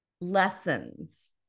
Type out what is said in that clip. lessons